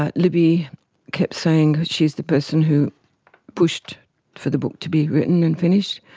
ah libby kept saying, she's the person who pushed for the book to be written and finished.